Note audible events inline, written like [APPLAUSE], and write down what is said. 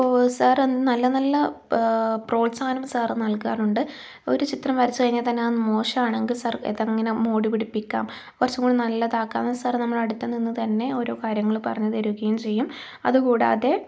sir അന്ന് നല്ല നല്ല പ്രോത്സാഹനം സാറ് നൽകാറുണ്ട് ഒരു ചിത്രം വരച്ച് കഴിഞ്ഞാൽ തന്നെ അത് മോശമാണെങ്കിൽ സാർ അത് എങ്ങനെ മോടി പിടിപ്പിക്കാം കുറച്ചുകൂടി നല്ലതാക്കാം [UNINTELLIGIBLE] സാറ് നമ്മുടെ അടുത്തു നിന്ന് തന്നെ ഓരോ കാര്യങ്ങൾ പറഞ്ഞു തരുകയും ചെയ്യും അതുകൂടാതെ